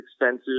expensive